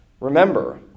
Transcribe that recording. remember